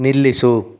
ನಿಲ್ಲಿಸು